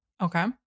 Okay